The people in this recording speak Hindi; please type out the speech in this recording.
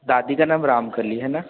दादी का नाम रामकली है ना